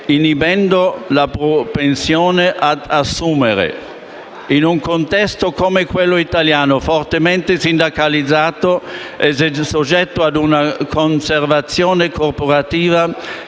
inibendo la propensione ad assumere. In un contesto come quello italiano, fortemente sindacalizzato e soggetto ad una conservazione corporativa